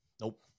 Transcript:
Nope